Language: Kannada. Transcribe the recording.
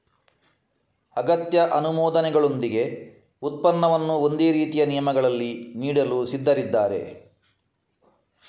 ಅಗತ್ಯ ಅನುಮೋದನೆಗಳೊಂದಿಗೆ ಉತ್ಪನ್ನವನ್ನು ಒಂದೇ ರೀತಿಯ ನಿಯಮಗಳಲ್ಲಿ ನೀಡಲು ಸಿದ್ಧರಿದ್ದಾರೆ